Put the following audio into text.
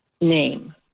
name